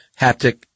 haptic